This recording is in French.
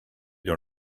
dans